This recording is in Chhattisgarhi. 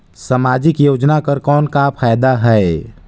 समाजिक योजना कर कौन का फायदा है?